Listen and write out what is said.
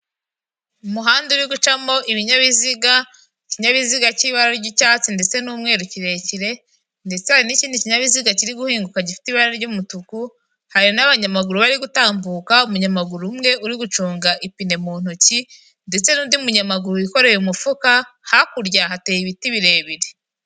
Umuhanda uri gucamo ibinyabiziga, ikinyabiziga cy'ibara ry'icyatsi ndetse n'umweru kirekire ndetse hari n'ikindi kinyabiziga kiri guhinguka gifite ibara ry'umutuku, hari n'abanyamaguru bari gutambuka, umunyamaguru umwe uri gucunga ipine mu ntoki ndetse n'undi munyamaguru wikoreye umufuka hakurya, hateye ibiti birebire.